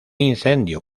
incendio